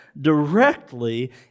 directly